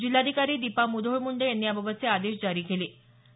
जिल्हाधिकारी दिपा मुधोळ मुंडे यांनी याबाबतचे आदेश जारी केले आहेत